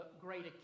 greater